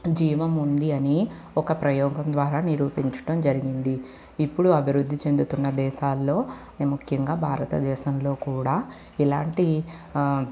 జీవం ఉంది అని ఒక్క ప్రయోగం ద్వారా నిరూపించడం జరిగింది ఇప్పుడు అభివృద్ధి చెందుతున్న దేశాల్లో ముఖ్యంగా భారతదేశంలో కూడా ఇలాంటి